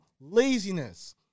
Laziness